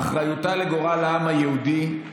"אחריותה לגורל העם היהודי,